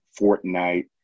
Fortnite